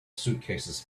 suitcases